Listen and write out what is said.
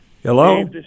Hello